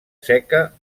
seca